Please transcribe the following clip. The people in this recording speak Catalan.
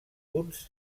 punts